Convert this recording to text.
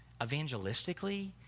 evangelistically